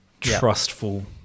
trustful